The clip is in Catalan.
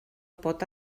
pot